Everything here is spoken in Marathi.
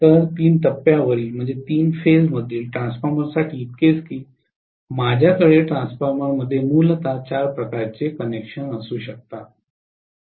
तर तीन टप्प्यावरील ट्रान्सफॉर्मर्ससाठी इतकेच की माझ्याकडे ट्रान्सफॉर्मरमध्ये मूलत चार प्रकारचे कनेक्शन असू शकतात